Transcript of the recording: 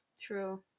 true